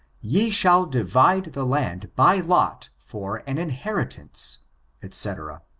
ye shall divide the land by lot for an inheritance etc.